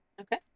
Okay